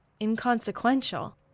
inconsequential